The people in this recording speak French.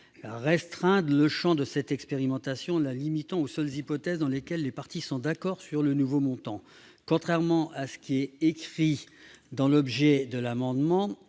restreindre le champ de cette expérimentation aux seules hypothèses dans lesquelles les parties sont d'accord sur le nouveau montant de la pension. Contrairement à ce qui est indiqué dans l'objet de l'amendement,